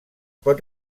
pot